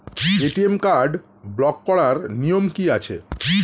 ATM card block করার নিয়ম কি আছে?